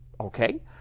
okay